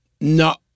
No